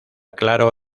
claro